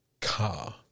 car